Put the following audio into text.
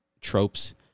tropes